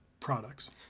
products